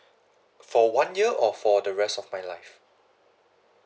for one year or for the rest of my life